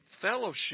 fellowship